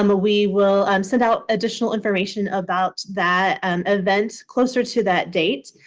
um we will um send out additional information about that um event closer to that date.